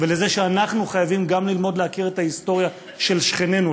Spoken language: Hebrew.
ולזה שאנחנו חייבים גם ללמוד להכיר את ההיסטוריה של שכנינו,